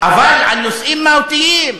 על נושאים מהותיים,